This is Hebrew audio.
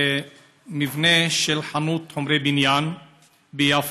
במבנה של חנות חומרי בניין ביפו.